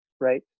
right